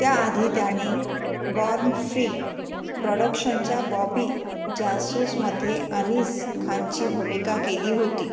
त्याआधी त्याने born free प्रॉडक्शनच्या बॉबी जासूसमध्ये अनीस खानची भूमिका केली होती